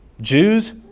Jews